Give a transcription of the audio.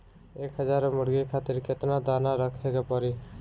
एक हज़ार मुर्गी खातिर केतना दाना रखे के पड़ी?